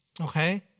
Okay